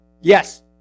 Yes